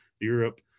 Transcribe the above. Europe